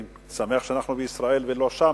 אני שמח שאנחנו בישראל ולא שם,